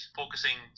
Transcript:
focusing